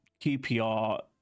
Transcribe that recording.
QPR